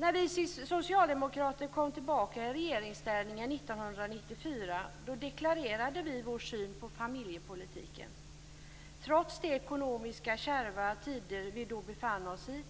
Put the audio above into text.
När vi socialdemokrater kom tillbaka i regeringsställning 1994 deklarerade vi vår syn på familjepolitiken. Trots de ekonomiskt kärva tider vi då befann oss i,